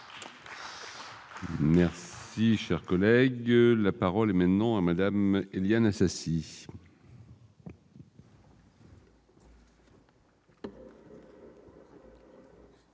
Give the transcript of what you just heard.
Merci, cher collègue, la parole maintenant à Madame Éliane Assassi.